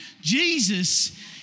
Jesus